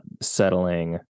settling